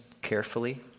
carefully